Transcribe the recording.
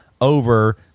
over